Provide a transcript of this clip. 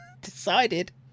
decided